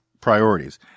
priorities